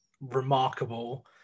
remarkable